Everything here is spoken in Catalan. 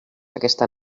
aquesta